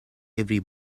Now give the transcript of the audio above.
every